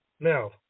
Now